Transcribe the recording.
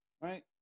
right